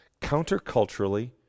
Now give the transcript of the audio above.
counterculturally